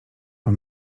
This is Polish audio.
mam